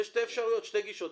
יש שתי אפשרויות, שתי גישות.